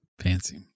Fancy